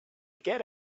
get